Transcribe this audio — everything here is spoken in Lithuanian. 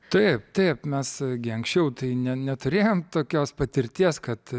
taip taip mes gi anksčiau tai ne neturėjom tokios patirties kad